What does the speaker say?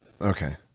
okay